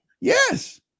Yes